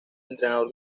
entrenador